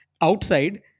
outside